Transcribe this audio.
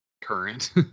Current